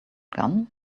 gun